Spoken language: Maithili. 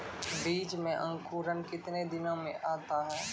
बीज मे अंकुरण कितने दिनों मे आता हैं?